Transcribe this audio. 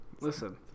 listen